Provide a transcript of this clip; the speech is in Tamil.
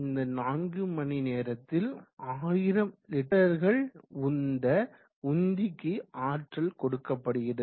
இந்த 4 மணிநேரத்தில் லிட்டர்கள் உந்த உந்திக்கு ஆற்றல் கொடுக்கப்படுகிறது